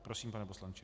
Prosím, pane poslanče.